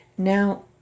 Now